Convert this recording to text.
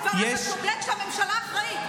אגב, אתה צודק שהממשלה אחראית.